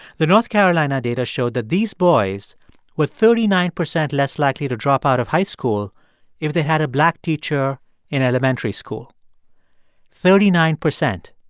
the north carolina data showed that these boys were thirty nine percent less likely to drop out of high school if they had a black teacher in elementary school thirty nine percent.